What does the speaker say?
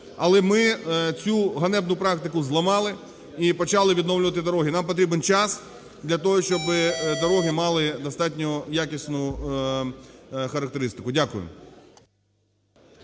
Але ми цю ганебну практику зламали і почали відновлювати дороги. Нам потрібен час для того, щоби дороги мали достатньо якісну характеристику. Дякую.